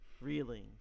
reeling